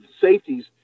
safeties